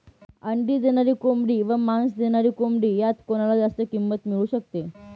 अंडी देणारी कोंबडी व मांस देणारी कोंबडी यात कोणाला जास्त किंमत मिळू शकते?